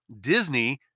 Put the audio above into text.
Disney